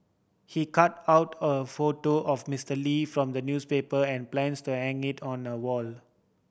he cut out a photo of Mister Lee from the newspaper and plans to hang it on the wall